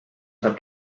saab